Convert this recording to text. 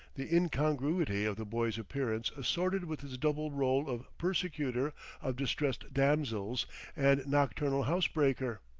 the incongruity of the boy's appearance assorted with his double role of persecutor of distressed damsels and nocturnal house-breaker!